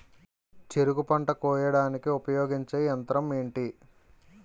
చెరుకు పంట కోయడానికి ఉపయోగించే యంత్రం ఎంటి?